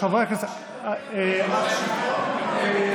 איזו ועדה?